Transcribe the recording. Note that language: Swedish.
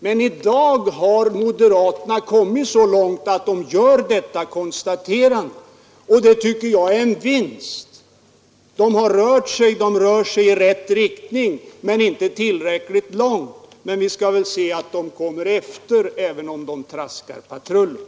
Men i dag har moderaterna kommit så långt att de gör detta konstaterande, och det tycker jag är en vinst. De har rört sig i rätt riktning — inte tillräckligt långt, men vi skall väl se att de fortsätter att röra sig i rätt riktning även